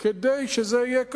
כדי שזה יהיה כשר,